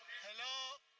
hello!